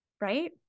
right